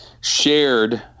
shared